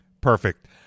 Perfect